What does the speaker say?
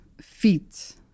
feet